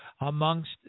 amongst